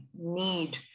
need